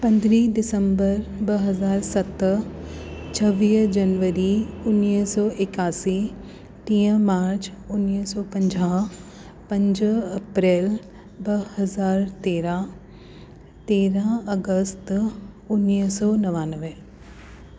पंद्रहं दिसंबर ॿ हज़ार सत छवीह जनवरी उणिवीह सौ एकासी टीह मार्च उणिवीह सौ पंजाहु पंज अप्रैल ॿ हजार तेरहं तेरहं अगस्त उणिवीह सौ नवानवे